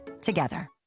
together